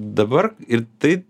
dabar ir tai